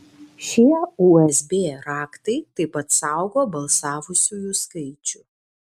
šie usb raktai taip pat saugo balsavusiųjų skaičių